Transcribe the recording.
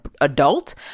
adult